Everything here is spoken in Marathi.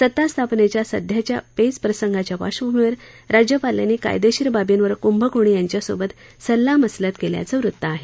सत्तास्थापनेच्या सध्याच्या पेच प्रसंगाच्या पार्क्षभूमीवर राज्यपालांनी कायदेशीर बाबींवर कुंभकोणी यांच्यासोबत सल्लामसलत केल्याचं वृत्त आहे